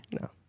No